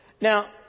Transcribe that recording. Now